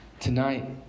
Tonight